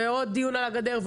ועוד דיון על הגדר,